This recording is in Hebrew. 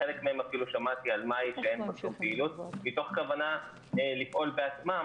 חלק מהם אפילו שמעתי על מאי שאין בו שום פעילות מתוך כוונה לפעול בעצמם,